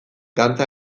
gantza